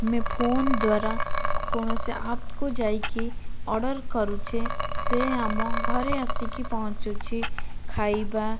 ଆମେ ଫୋନ ଦ୍ୱାରା କୌଣସି ଆପକୁ ଯାଇକି ଅର୍ଡ଼ର କରୁଛେ ସେ ଆମ ଘରେ ଆସିକି ପହଁଚୁଛି ଖାଇବା